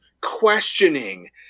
questioning